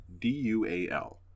D-U-A-L